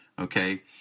okay